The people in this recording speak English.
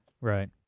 right